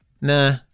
Nah